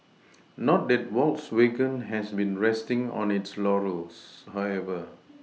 not that Volkswagen has been resting on its laurels however